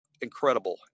Incredible